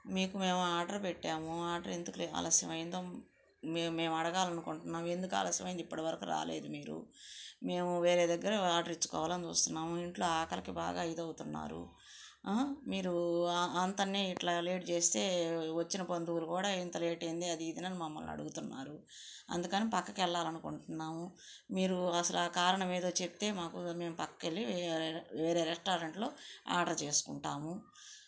మీకు మేము ఆర్డర్ పెట్టాము ఆర్డర్ ఎందుకులే ఆలస్యమైందో మేము మేము అడగాలనుకుంటున్నాం ఎందుకు ఆలస్యమైంది ఇప్పటివరకు రాలేదు మీరు మేము వేరే దగ్గర ఆర్డర్ ఇచ్చుకోవాలని చూస్తున్నాము ఇంట్లో ఆకలికి బాగా ఇది అవుతున్నారు మీరు అంతనే లేట్ చేస్తే వచ్చిన బంధువులు కూడా ఇంత లేట్ ఏంది అది ఇది అని మమ్మల్ని అడుగుతున్నారు అందుకని పక్కకి వెళ్ళాలి అనుకుంటున్నాము మీరు అసల కారణమేదో చెప్తే మాకు మేము పక్కకు వెళ్ళి వేరే రెస్టారెంట్లో ఆర్డర్ చేసుకుంటాము